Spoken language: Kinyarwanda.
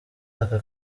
aka